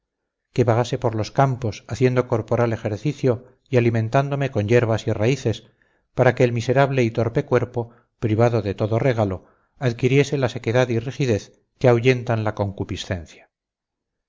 que vagase por los campos haciendo corporal ejercicio y alimentándome con yerbas y raíces para que el miserable y torpe cuerpo privado de todo regalo adquiriese la sequedad y rigidez que ahuyentan la concupiscencia